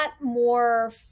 more